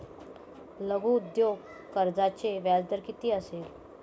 लघु उद्योग कर्जाचे व्याजदर किती असते?